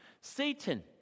Satan